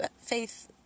faith